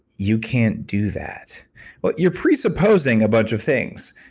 you can't do that, what you're presupposing a bunch of things.